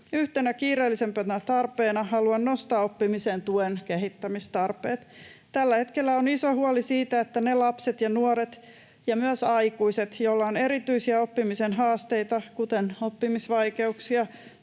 Yhtenä kiireellisimpänä tarpeena haluan nostaa oppimisen tuen kehittämistarpeet. Tällä hetkellä on iso huoli siitä, että ne lapset ja nuoret ja myös aikuiset, joilla on erityisiä oppimisen haasteita, kuten oppimisvaikeuksia